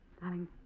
Darling